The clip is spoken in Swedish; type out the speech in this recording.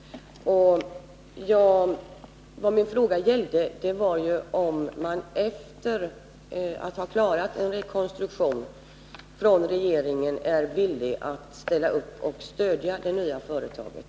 Min fråga gällde om regeringen, efter det att man klarat en rekonstruktion, är villig att ställa upp och stödja det nya företaget.